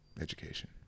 education